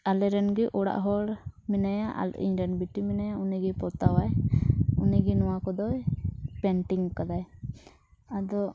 ᱟᱞᱮᱨᱮᱱ ᱜᱮ ᱚᱲᱟᱜ ᱦᱚᱲ ᱢᱮᱱᱟᱭᱟ ᱟᱨ ᱤᱧᱨᱮᱱ ᱵᱤᱴᱤ ᱢᱮᱱᱟᱭᱟ ᱩᱱᱤᱜᱮ ᱯᱚᱛᱟᱣᱟᱭ ᱩᱱᱤᱜᱮ ᱱᱚᱣᱟ ᱠᱚᱫᱚᱭ ᱠᱟᱫᱟᱭ ᱟᱫᱚ